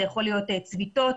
אלה יכולות להיות צביטות,